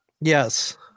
Yes